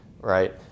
right